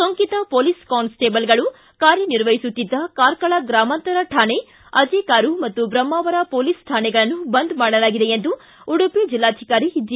ಸೋಂಕಿತ ಮೊಲೀಸ್ ಕಾನ್ಸ್ಟೆಬಲ್ಗಳು ಕಾರ್ಯ ನಿರ್ವಹಿಸುತ್ತಿದ್ದ ಕಾರ್ಕಳ ಗ್ರಾಮಾಂತರ ಠಾಣೆ ಅಜೆಕಾರು ಹಾಗೂ ಬ್ರಹ್ಲಾವರ ಮೊಲೀಸ್ ಠಾಣೆಗಳನ್ನು ಬಂದ್ ಮಾಡಲಾಗಿದೆ ಎಂದು ಉಡುಪಿ ಜಿಲ್ಲಾಧಿಕಾರಿ ಜಿ